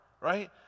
right